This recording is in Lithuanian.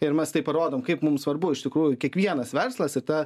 ir mes tai parodom kaip mum svarbu iš tikrųjų kiekvienas verslas ir ta